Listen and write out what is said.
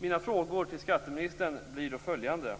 Mina frågor till skatteministern blir då följande: